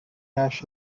ash